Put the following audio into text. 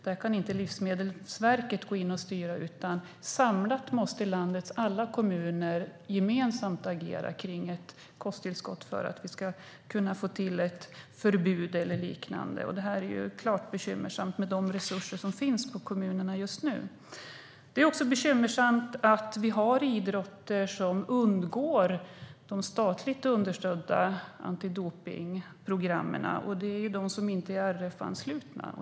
Där kan inte Livsmedelsverket gå in och styra, utan landets alla kommuner måste agera gemensamt kring ett kosttillskott för att vi ska kunna få till ett förbud eller liknande. Detta är klart bekymmersamt i och med de resurser som finns i kommunerna just nu. Det är också bekymmersamt att vi har idrotter som undgår de statligt understödda antidopningsprogrammen. Det är de som inte är RF-anslutna.